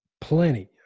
plenty